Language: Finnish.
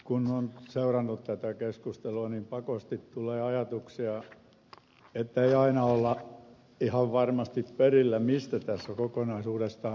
kun on seurannut tätä keskustelua niin pakosti tulee ajatuksia että ei aina olla ihan varmasti perillä mistä tässä kokonaisuudessaan on kysymys